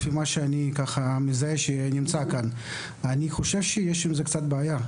לפי מה שאני מזהה: אני חושב שיש עם זה קצת בעיה,